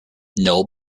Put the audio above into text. noel